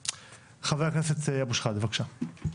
חבר הכנסת אבו שחאדה, בבקשה.